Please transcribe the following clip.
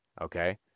Okay